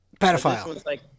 Pedophile